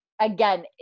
Again